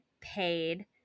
paid